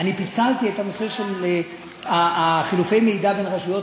פיצלתי את הנושא של חילופי מידע בין רשויות